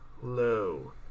Hello